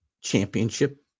championship